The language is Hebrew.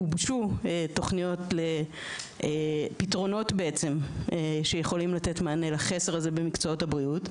גובשו תוכניות שיכולות לתת פתרונות כמענה לחסר הזה במקצועות הבריאות.